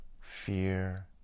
Fear